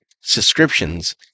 subscriptions